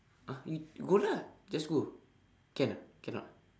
!huh! you go lah just go can ah cannot